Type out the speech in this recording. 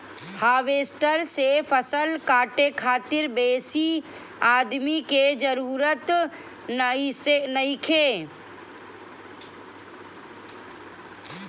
harvester से फसल काटे खातिर बेसी आदमी के जरूरत नइखे